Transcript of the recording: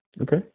Okay